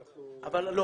אבל אנחנו --- לא,